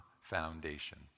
foundation